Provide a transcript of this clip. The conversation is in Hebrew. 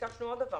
ביקשנו עוד דבר